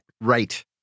right